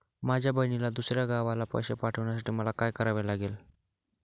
माझ्या बहिणीला दुसऱ्या गावाला पैसे पाठवण्यासाठी मला काय करावे लागेल?